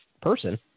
person